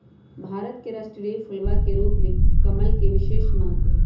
भारत के राष्ट्रीय फूलवा के रूप में कमल के विशेष महत्व हई